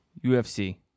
UFC